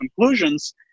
conclusions